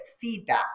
feedback